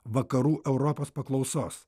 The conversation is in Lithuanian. vakarų europos paklausos